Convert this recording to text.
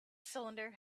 cylinder